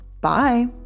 Bye